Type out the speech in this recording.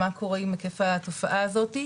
ומה קורה עם היקף התופעה הזאת.